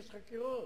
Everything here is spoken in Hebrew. איש חקירות.